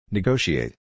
Negotiate